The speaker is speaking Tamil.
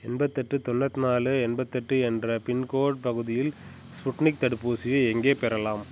எண்பத்தெட்டு தொண்ணுத்நாலு எண்பத்தெட்டு என்ற பின்கோட் பகுதியில் ஸ்புட்னிக் தடுப்பூசியை எங்கே பெறலாம்